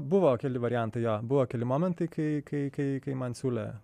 buvo keli variantai jo buvo keli momentai kai kai kai man siūlė